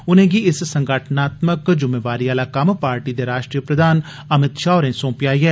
उनेंगी इस संगठनात्मक जुम्मेवारी आला कम्म पार्टी दे राष्ट्रीय प्रधान अमित शाह होरें सौंपेआ ऐ